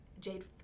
Jade